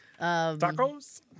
Tacos